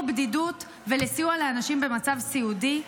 בדידות ולסיוע לאנשים במצב סיעודי.